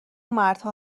مردها